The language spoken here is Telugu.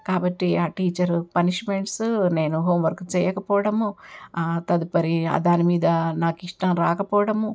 కాబట్టి ఆ టీచర్ పనిష్మెంట్స్ నేను హోంవర్క్ చేయకపోవడము తదుపరి దాని మీద నాకు ఇష్టం రాకపోవడము